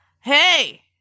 Hey